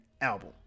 album